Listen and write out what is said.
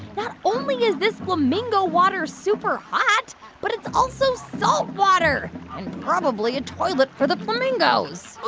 not only is this flamingo water superhot, but it's also salt water and probably a toilet for the flamingos